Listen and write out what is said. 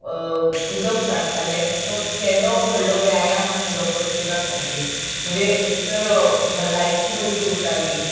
उदक काडटाले तो केदो व्हडलो व्यायाम आशिल्लो प्रत्येका खातीर म्हणजे एक तर भलायकी बरी उरताली